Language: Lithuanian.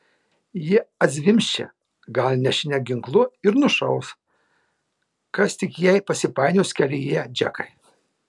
ji atzvimbs čia gal nešina ginklu ir nušaus kas tik jai pasipainios kelyje džekai